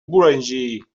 boulanger